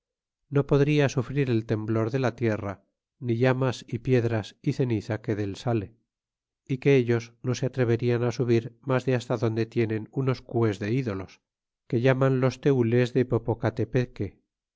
no podría sufrir el temblor de la tierra ni llamas y piedras y cenizaque del sale k que ellos no se atreverian subir alas de basta donde tienen unos cues de ídolos que llaman los teules de popocatepeque